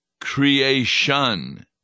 creation